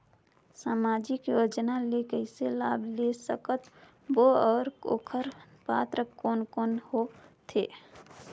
समाजिक योजना ले कइसे लाभ ले सकत बो और ओकर पात्र कोन कोन हो थे?